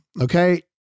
okay